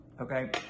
okay